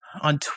on